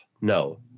No